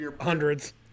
hundreds